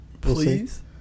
please